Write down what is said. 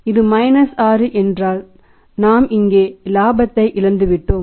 இது மைனஸ் 6 என்றால் நாம் இங்கே இலாபத்தை இழந்துவிட்டோம்